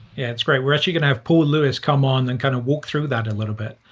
yeah, it's great. we're actually going to have paul lewis come on and kind of walk through that a little bit.